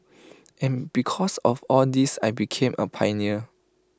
and because of all this I became A pioneer